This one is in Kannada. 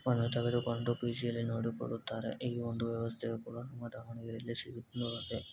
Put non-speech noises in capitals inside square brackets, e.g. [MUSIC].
ವನ್ನು ತೆಗೆದುಕೊಂಡು ಪೀ ಜಿಯಲ್ಲಿ ನೋಡಿಕೊಳ್ಳುತ್ತಾರೆ ಈ ಒಂದು ವ್ಯವಸ್ಥೆಯು ಕೂಡ ನಮ್ಮ ದಾವಣಗೆರೆಯಲ್ಲಿ ಸಿಗು [UNINTELLIGIBLE]